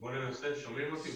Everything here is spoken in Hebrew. שומעים אותי?